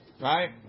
Right